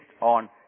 on